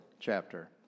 chapter